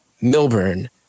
Milburn